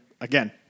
again